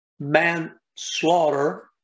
manslaughter